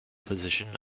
position